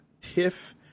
tiff